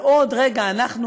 ועוד רגע אנחנו,